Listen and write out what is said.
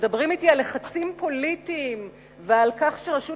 מדברים אתי על לחצים פוליטיים ועל כך שרשות